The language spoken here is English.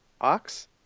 Ox